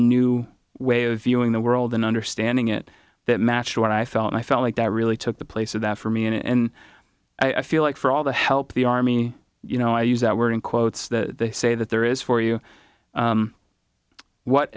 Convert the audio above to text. new way of viewing the world and understanding it that match what i felt i felt like that really took the place of that for me and i feel like for all the help the army you know i use that word in quotes that they say that there is for you what